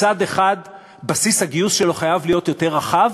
מצד אחד בסיס הגיוס שלו חייב להיות יותר רחב,